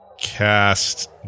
cast